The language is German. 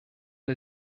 der